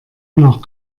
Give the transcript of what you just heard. nach